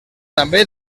també